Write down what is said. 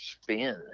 Spin